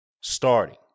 Starting